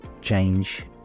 change